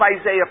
Isaiah